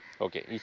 Okay